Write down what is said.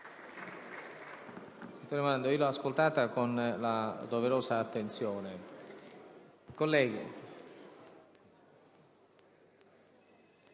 Grazie,